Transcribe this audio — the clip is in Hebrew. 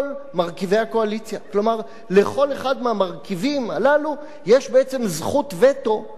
כלומר לכל אחד מהרכיבים הללו יש זכות וטו על כל חוק-יסוד.